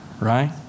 right